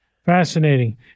fascinating